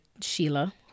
Sheila